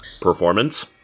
Performance